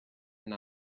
and